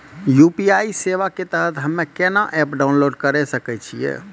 UPI सेवा के तहत हम्मे केना एप्प डाउनलोड करे सकय छियै?